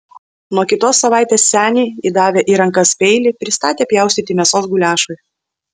nuo kitos savaitės senį įdavę į rankas peilį pristatė pjaustyti mėsos guliašui